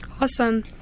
awesome